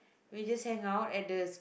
we just hang out at the